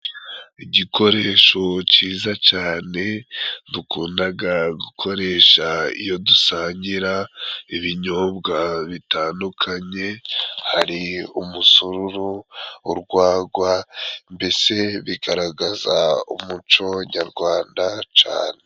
Igikoresho cyiza cane dukundaga gukoresha iyo dusangira, ibinyobwa bitandukanye hari umusururu, urwagwa, mbese bigaragaza umuco nyarwanda cane.